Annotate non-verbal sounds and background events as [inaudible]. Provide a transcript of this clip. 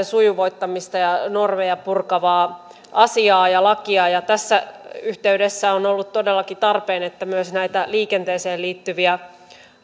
[unintelligible] sujuvoittavaa ja ja normeja purkavaa asiaa ja lakia tässä yhteydessä on ollut todellakin tarpeen että myös näitä liikenteeseen liittyviä